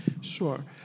Sure